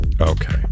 okay